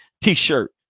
T-shirt